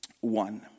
one